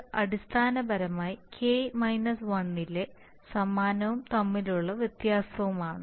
ഇത് അടിസ്ഥാനപരമായി k 1 ലെ സമാനവും തമ്മിലുള്ള വ്യത്യാസമാണ്